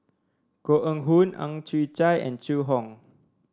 Koh Eng Hoon Ang Chwee Chai and Zhu Hong